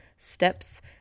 steps